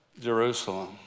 Jerusalem